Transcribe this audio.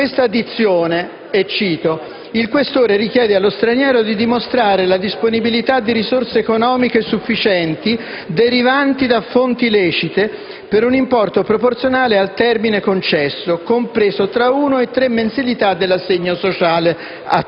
seguente dizione: «il questore chiede allo straniero di dimostrare la disponibilità di risorse economiche sufficienti derivanti da fonti lecite, per un importo proporzionato al termine concesso, compreso tra una e tre mensilità dell'assegno sociale